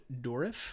Dorif